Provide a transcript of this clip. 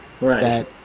Right